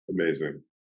amazing